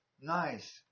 Nice